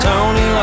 Tony